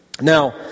now